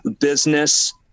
business